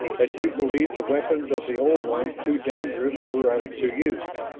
that you believed the weapons of the old ones too dangerous for us to use.